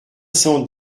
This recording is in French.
cent